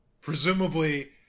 presumably